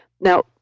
Now